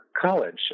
college